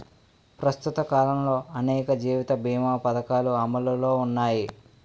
ప్రస్తుత కాలంలో అనేక జీవిత బీమా పధకాలు అమలులో ఉన్నాయి